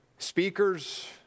Speakers